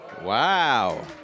Wow